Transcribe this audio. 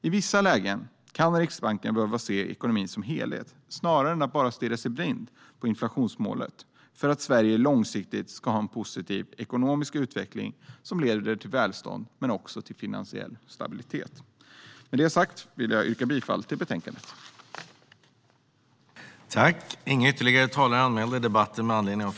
I vissa lägen kan Riksbanken behöva se ekonomin som helhet, snarare än att bara stirra sig blind på inflationsmålet, för att Sverige långsiktigt ska ha en positiv ekonomisk utveckling som leder till välstånd och finansiell stabilitet. Jag yrkar bifall till förslaget i betänkandet.